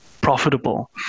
profitable